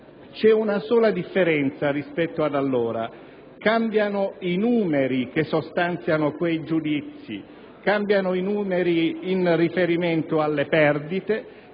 è una sola differenza rispetto ad allora: cambiano i numeri che sostanziano quei giudizi, cambiano i numeri in riferimento alle perdite,